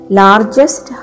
largest